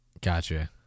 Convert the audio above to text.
gotcha